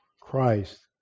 Christ